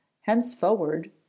henceforward